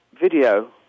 video